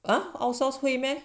!huh! ourselves 会 meh